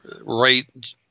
right